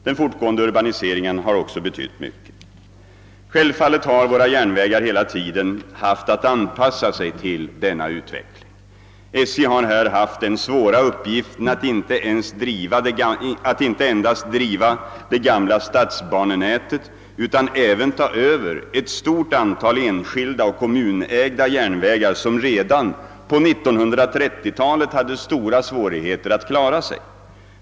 Den fortgående urbaniseringen har också betytt mycket. Självfallet har våra järnvägar hela tiden haft att anpassa sig till denna utveckling. SJ har här haft den svåra uppgiften att inte endast driva det gamla statsbanenätet utan även ta över ett stort antal enskilda och kommunägda järnvägar som redan på 1930-talet hade stora svårigheter att klara sig.